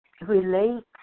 relate